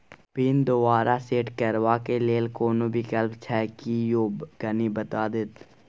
Pin दोबारा set करबा के लेल कोनो विकल्प छै की यो कनी बता देत?